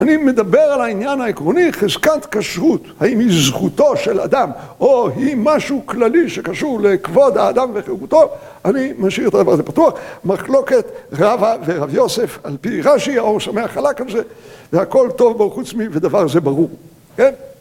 אני מדבר על העניין העקרוני חזקת קשרות, האם היא זכותו של אדם, או היא משהו כללי שקשור לכבוד האדם וחירותו, אני משאיר את הדבר הזה פתוח, מחלוקת רבא ורב יוסף על פי רשי, הור שמי החלק הזה, והכל טוב בו חוץ מי, ודבר זה ברור. כן?